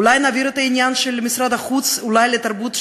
אולי נעביר את העניין של משרד החוץ לתרבות?